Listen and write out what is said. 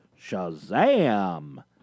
Shazam